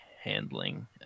handling